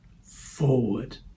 forward